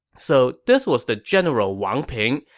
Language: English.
so this was the general wang ping,